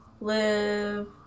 live